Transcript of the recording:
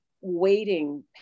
waiting